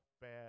bad